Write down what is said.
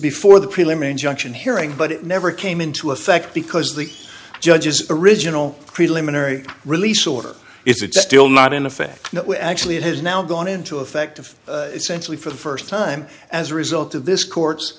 before the prelim injunction hearing but it never came into effect because the judge's original preliminary release order is it still not in effect no actually it has now gone into effect of essentially for the first time as a result of this co